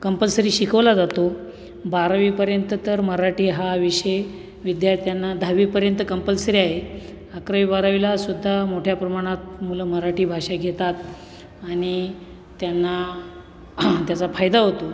compulsory शिकवला जातो बारावीपर्यंत तर मराठी हा विषय विद्यार्थ्यांना दहावीपर्यंत कंपल्सरी आहे अकरावी बारावीलासुद्धा मोठ्या प्रमाणात मुलं मराठी भाषा घेतात आणि त्यांना त्याचा फायदा होतो